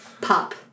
Pop